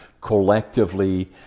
collectively